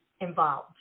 involved